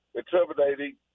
intimidating